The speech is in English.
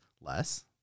less